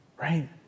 right